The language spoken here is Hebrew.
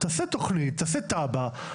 תעשה תכנית, תעשה תב"ע.